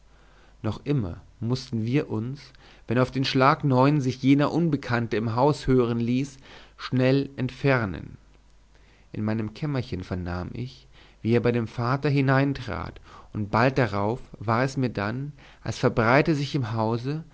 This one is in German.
noch immer mußten wir uns wenn auf den schlag neun uhr sich jener unbekannte im hause hören ließ schnell entfernen in meinem kämmerchen vernahm ich wie er bei dem vater hineintrat und bald darauf war es mir dann als verbreite sich im hause